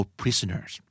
prisoners